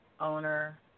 owner